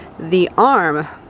the arm,